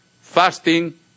fasting